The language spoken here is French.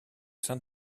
sein